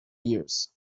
years